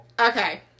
Okay